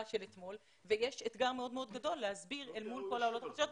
של אתמול ויש אתגר מאוד מאוד גדול להסביר אל מול כל העולות החדשות.